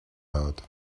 out